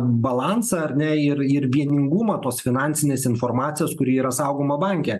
balansą ar ne ir ir vieningumą tos finansinės informacijos kuri yra saugoma banke